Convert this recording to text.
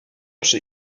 przy